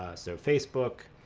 ah so facebook,